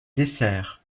dessert